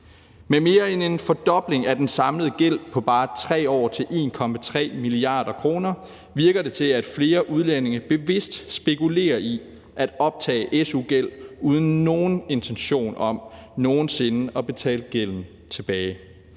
Med mere end en fordobling af den samlede gæld på bare 3 år til 1,3 mia. kr., virker det til, at flere udlændinge bevidst spekulerer i at optage su-gæld uden nogen intention om nogen sinde at betale gælden tilbage.